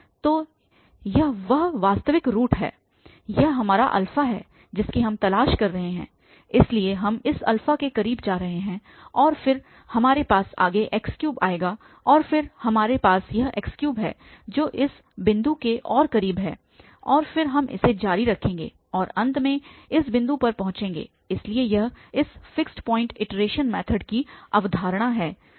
तो यह वह वास्तविक रूट है यह हमारा है जिसकी हम तलाश कर रहे हैं इसलिए हम इस के करीब जा रहे हैं और फिर हमारे पास आगे x3 आएगा और फिर यहाँ हमारे पास यह x3 है जो इस बिंदु के और करीब है और फिर हम इसे जारी रखेंगे और अंत में इस बिंदु पर पहुंचेंगे इसलिए यह इस फिक्स पॉइंट इटरेशन मैथड की अवधारणा है